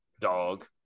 dog